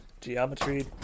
geometry